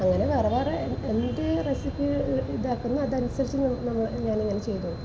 അങ്ങനെ വേറെ വേറെ എന്ത് റെസിപ്പി ഇതാക്കുന്നോ അതനുസരിച്ച് ഞാൻ ഇങ്ങനെ ചെയ്ത് കൊടുക്കും